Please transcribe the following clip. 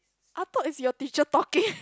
I thought is your teacher talking